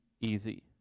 easy